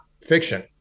fiction